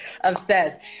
Obsessed